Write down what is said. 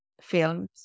films